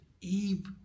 Eve